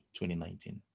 2019